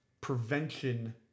prevention